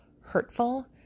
hurtful